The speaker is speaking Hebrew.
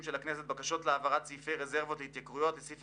של הכנסת בקשות להעברת סכומי רזרבות להתייקרויות לסעיף